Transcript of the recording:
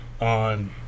on –